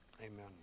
amen